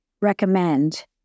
recommend